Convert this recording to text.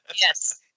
Yes